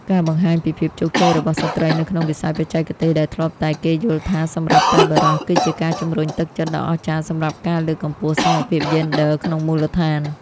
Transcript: ការបង្ហាញពីភាពជោគជ័យរបស់ស្ត្រីនៅក្នុងវិស័យបច្ចេកទេសដែលធ្លាប់តែគេយល់ថាសម្រាប់តែបុរស គឺជាការជំរុញទឹកចិត្តដ៏អស្ចារ្យសម្រាប់ការលើកកម្ពស់សមភាពយេនឌ័រក្នុងមូលដ្ឋាន។